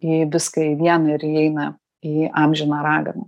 į viską į vieną ir įeina į amžiną raganą